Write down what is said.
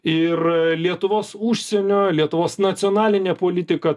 ir lietuvos užsienio lietuvos nacionalinė politika